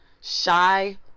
shy